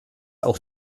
auch